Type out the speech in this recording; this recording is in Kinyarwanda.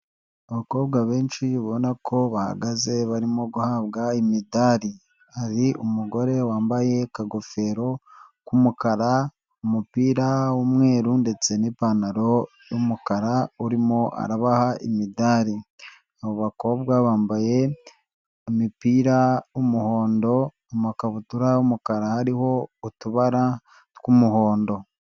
Abakobwa benshi ubona ko bahagaze barimo guhabwa imidari hari umugore wambaye akagofero k'umukara, umupira w'umweru ndetse n'ipantaro y'umukara urimo arabaha imidari, abo bakobwa bambaye imipira y'umuhondo amakabutura y'umukara hariho utubara tw'umuhondo.